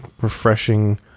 refreshing